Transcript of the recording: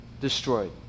destroyed